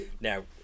Now